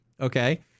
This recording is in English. Okay